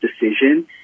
decision